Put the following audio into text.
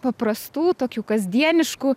paprastų tokių kasdieniškų